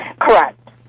Correct